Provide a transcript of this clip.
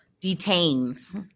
Detains